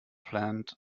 plant